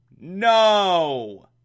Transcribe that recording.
No